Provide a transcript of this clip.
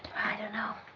i don't know.